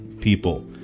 people